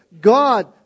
God